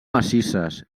massisses